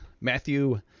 Matthew